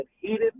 heated